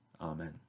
Amen